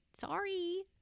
sorry